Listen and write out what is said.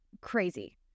crazy